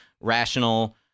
rational